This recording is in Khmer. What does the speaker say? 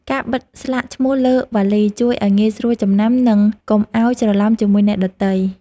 ការបិទស្លាកឈ្មោះលើវ៉ាលី ជួយឱ្យងាយស្រួលចំណាំ និងកុំឱ្យច្រឡំជាមួយអ្នកដទៃ។